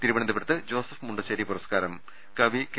തിരുവനന്തപുരത്ത് ജോസഫ് മുണ്ടശ്ശേരി പുരസ്കാരം കവി കെ